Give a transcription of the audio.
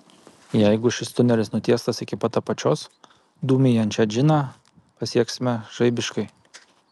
jeigu šis tunelis nutiestas iki pat apačios dūmijančią džiną pasieksime žaibiškai